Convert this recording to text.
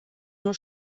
nur